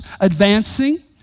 advancing